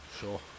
sure